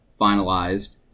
finalized